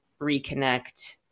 reconnect